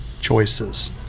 choices